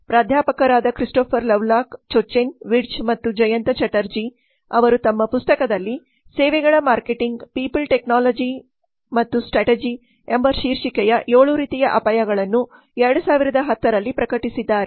ಪ್ರಾಧ್ಯಾಪಕರಾದ Christopher Lovelock Jochen Wirtz ಮತ್ತು ಜಯಂತಾ ಚಟರ್ಜಿProfessors Christopher Lovelock Jochen Wirtz and Jayanta Chatterjeeಅವರು ತಮ್ಮ ಪುಸ್ತಕದಲ್ಲಿ ಸೇವೆಗಳ ಮಾರ್ಕೆಟಿಂಗ್ ಪೀಪಲ್ ಟೆಕ್ನಾಲಜಿ ಮತ್ತು strategy marketing people technology and strategy ಎಂಬ ಶೀರ್ಷಿಕೆಯ 7 ರೀತಿಯ ಅಪಾಯಗಳನ್ನು 2010 ರಲ್ಲಿ ಪ್ರಕಟಿಸಿದ್ದಾರೆ